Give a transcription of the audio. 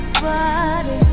body